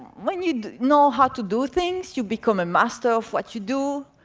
when you know how to do things, you become a master of what you do,